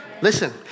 Listen